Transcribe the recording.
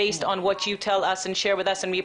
בהתבסס על מה שתאמרו לנו ותחלקו אתנו ואנחנו